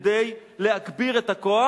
כדי להגביר את הכוח.